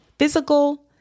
physical